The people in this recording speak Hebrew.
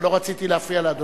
כן, כן, לא רציתי להפריע לאדוני.